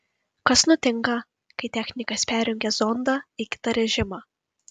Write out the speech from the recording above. kas nutinka kai technikas perjungia zondą į kitą režimą